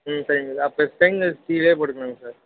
ம் சரிங்க சார் அப்போ ஸ்டெயின்லெஸ் ஸ்டீலே போட்டுக்கலாங்க சார்